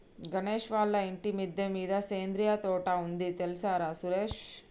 గణేష్ వాళ్ళ ఇంటి మిద్దె మీద సేంద్రియ తోట ఉంది తెల్సార సురేష్